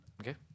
Okay